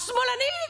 השמאלנית,